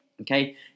Okay